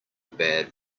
bad